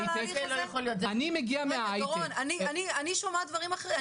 אני שומעת דברים אחרים,